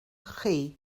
chi